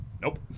Nope